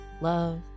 love